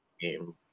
game